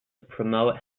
promote